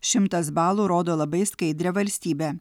šimtas balų rodo labai skaidrią valstybę